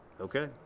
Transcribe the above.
okay